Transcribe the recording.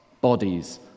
bodies